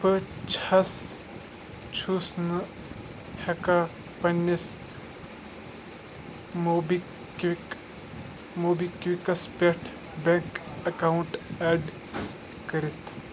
بہٕ چھَس چھُس نہٕ ہٮ۪کان پنٛنِس موبی کِوِک موبی کِوِکَس پٮ۪ٹھ بٮ۪نٛک اٮ۪کاوُنٛٹ اٮ۪ڈ کٔرِتھ